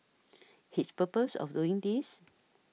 his purpose of doing this